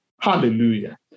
Hallelujah